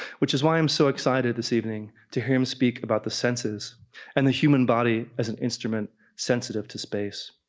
which is why i'm so excited this evening to hear him speak about the senses and the human body as an instrument sensitive to space.